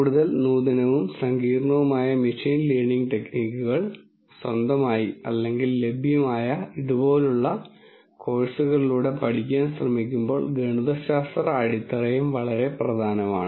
കൂടുതൽ നൂതനവും സങ്കീർണ്ണവുമായ മെഷീൻ ലേണിംഗ് ടെക്നിക്കുകൾ സ്വന്തമായി അല്ലെങ്കിൽ ലഭ്യമായ ഇതുപോലുള്ള കോഴ്സുകളിലൂടെ പഠിക്കാൻ ശ്രമിക്കുമ്പോൾ ഗണിതശാസ്ത്ര അടിത്തറയും വളരെ പ്രധാനമാണ്